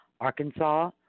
Arkansas